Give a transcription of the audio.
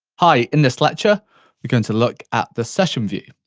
hi, in this lecture we're going to look at the session view.